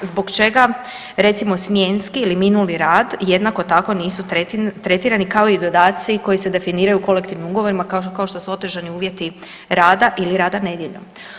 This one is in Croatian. Zbog čega recimo smjenski ili minuli rad jednako tako nisu tretirani kao i dodaci koji se definiraju kolektivnim ugovorima kao što su otežani uvjeti rada ili rada nedjeljom.